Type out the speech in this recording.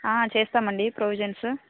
చేస్తాం అండి ప్రొవిజన్సు